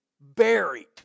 Buried